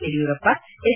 Yediyurappa S